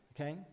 okay